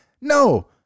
No